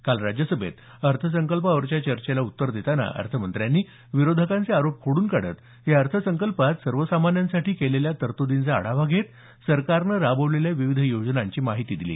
काल राज्यसभेत अर्थसंकल्पावरच्या चर्चेला उत्तर देताना अर्थमंत्र्यांनी विरोधकांचे आरोप खोडून काढत या अर्थसंकल्पात सर्वसामान्यांसाठी केलेल्या तरतूदींचा आढावा घेत सरकारनं राबवलेल्या विविध योजनांची माहिती दिली